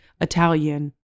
Italian